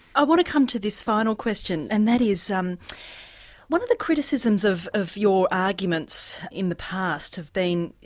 i want to come to this final question and that is um one of the criticisms of of your arguments in the past has been.